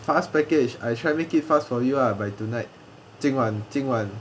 fast package I try make it fast for you lah by tonight 今晚今晚